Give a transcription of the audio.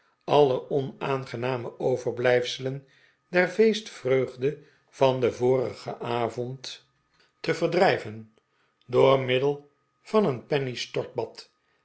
alle onaangename overblijfselen der feestvreugde van den vorigen avond te de pickwick club verdrijven door middel van een penny's stortbad